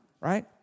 right